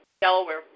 Delaware